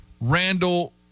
Randall